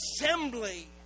assembly